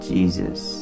Jesus